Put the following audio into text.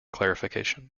clarification